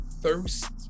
thirst